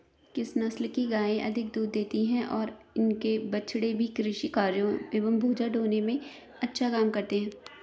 किस नस्ल की गायें अधिक दूध देती हैं और इनके बछड़े भी कृषि कार्यों एवं बोझा ढोने में अच्छा काम करते हैं?